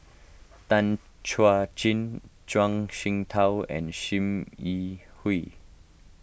Tan Chuan Jin Zhuang Shengtao and Sim Yi Hui